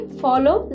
follow